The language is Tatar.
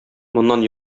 моннан